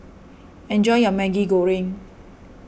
enjoy your Maggi Goreng